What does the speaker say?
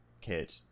kid